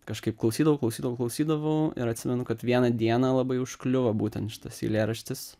kažkaip klausydavau klausydavau klausydavau ir atsimenu kad vieną dieną labai užkliuvo būtent šitas eilėraštis